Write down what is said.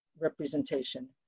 representation